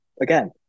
again